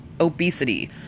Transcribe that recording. obesity